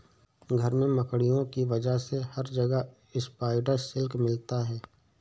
घर में मकड़ियों की वजह से हर जगह स्पाइडर सिल्क मिलता है